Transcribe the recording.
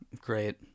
great